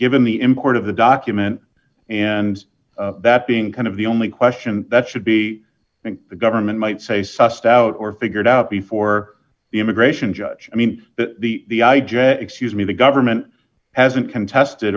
given the import of the document and that being kind of the only question that should be think the government might say sussed out or figured out before the immigration judge i mean that the excuse me the government hasn't contested